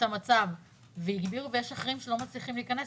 המצב והגבירו ויש אחרים שלא מצליחים להיכנס.